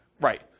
Right